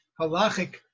halachic